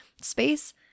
space